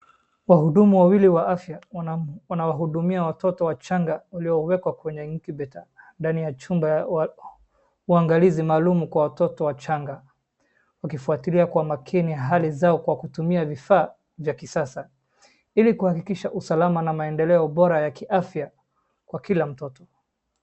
Wahudumu wawili wa afya wanawahudumia watoto wachanga waliowekwa kwenye incubator ndani ya chumba ya uangalizi maalum kwa watoto wachanga wakifuatilia kwa makini hali zao wakitumia vifaa za kisasa ili kuhakikisha usalama na maendeleo bora ya kiafya kwa kila mtoto.